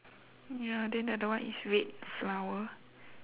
ya then the other one is red flower